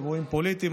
אירועים פוליטיים,